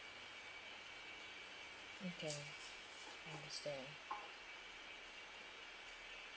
okay understand